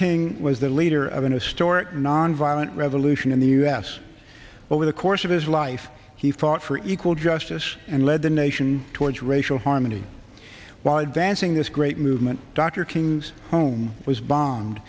king was the leader of an historic nonviolent revolution in the u s over the course of his life he fought for equal justice and led the nation towards racial harmony why dancing this great movement dr king's home was bombed